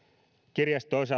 kirjasto